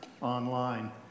online